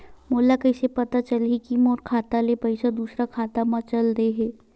मोला कइसे पता चलही कि मोर खाता ले पईसा दूसरा खाता मा चल देहे?